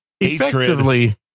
effectively